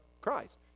Christ